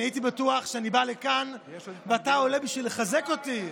אני הייתי בטוח שתתבייש כמו גפני בחוק הזה.